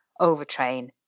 overtrain